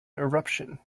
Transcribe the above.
eruption